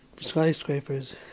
skyscrapers